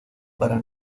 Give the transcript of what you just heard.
para